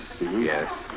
yes